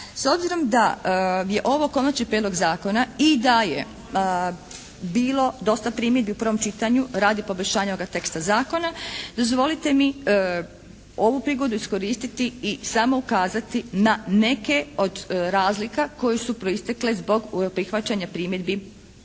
S obzirom da je ovo konačni prijedlog zakona i da je bilo dosta primjedbi u prvom čitanju radi poboljšanja ovoga teksta zakona dozvolite mi ovu prigodu iskoristiti i samo ukazati na neke od razlika koje su proistekle zbog prihvaćanja primjedbi